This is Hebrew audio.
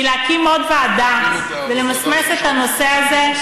כי להקים עוד ועדה ולמסמס את הנושא הזה,